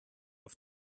auf